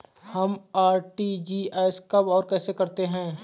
हम आर.टी.जी.एस कब और कैसे करते हैं?